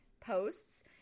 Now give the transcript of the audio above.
posts